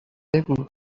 بگو